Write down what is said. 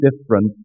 different